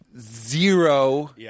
zero